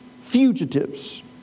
fugitives